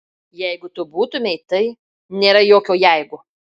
jeigu tu būtumei tai nėra jokio jeigu